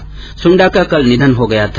श्री सुण्डा का कल निधन हो गया था